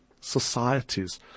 societies